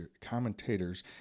commentators